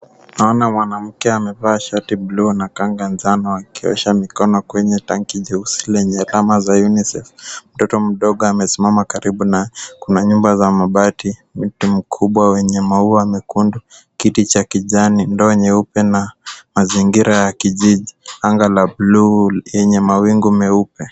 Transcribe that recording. Naona mwanamke amevaa shati bluu kanga njano akiosha mkono kwenye tanki jeusi lenye alama za UNICEF. Mtoto mdogo amesimama karibu na kuna nyumba za mabati, mti mkubwa wenye maua mekundu, kiti cha kijani, ndoo nyeupe na mazingira ya kijiji. Anga la bluu yenye mawingu meupe.